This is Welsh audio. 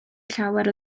llawer